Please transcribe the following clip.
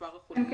מספר החולים,